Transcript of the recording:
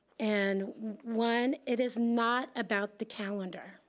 and one, it is not about the calendar,